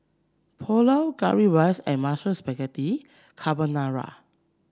Pulao Currywurst and Mushroom Spaghetti Carbonara